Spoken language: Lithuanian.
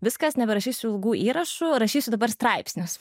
viskas neberašysiu ilgų įrašų rašysiu dabar straipsnius